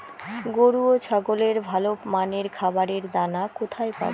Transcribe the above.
গরু ও ছাগলের ভালো মানের খাবারের দানা কোথায় পাবো?